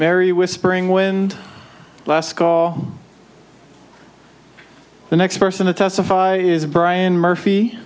mary whispering wind last call the next person to testify is brian murphy